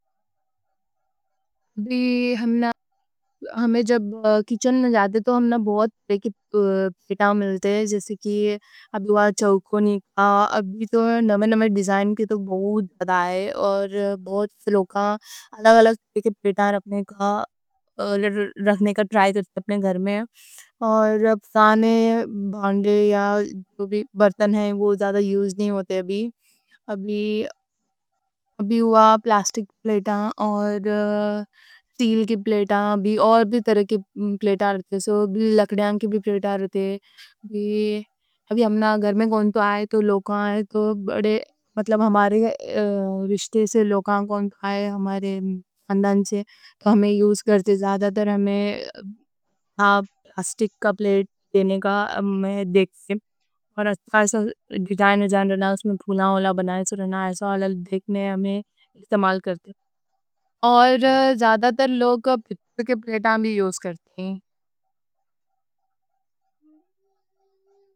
ابھی ہمیں جب کچن جاتے تو ہمناں بہت پلیٹاں ملتے ہیں۔ جیسے کہ ابھی وہاں چوکونی، ابھی تو نئے نئے ڈیزائن تو بہت زیادہ ہیں۔ کے تو بہت زیادہ ہیں، اور بہت لوگاں الگ الگ پلیٹاں رکھنے کا ٹرائی کرتے ہیں اپنے گھر میں۔ اور سانے بانڈے یا برتن ہیں، زیادہ یوز نہیں ہوتے ہیں، ابھی اب۔ بھی ہوا پلاسٹک پلیٹاں اور اسٹیل کی پلیٹاں، اور بھی طرح کی پلیٹاں رکھتے ہیں۔ اور لکڑی کی پلیٹاں رکھتے ہیں۔ ابھی ہمناں گھر میں کون تو آئے، مطلب ہمارے رشتے سے لوگاں آئے، ہمارے خاندان سے۔ ہم استعمال کرتے ہیں، زیادہ تر ہمیں پلاسٹک کا پلیٹ دینے کا میں دیکھتے ہیں، اور اس پر ایسا ڈیزائن، پھولاں اولا بنے ہونا، ایسا حال دیکھنے ہم استعمال کرتے ہیں۔ اور زیادہ تر لوگ پلیٹاں بھی یوز کرتے ہیں۔